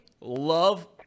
love